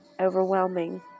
overwhelming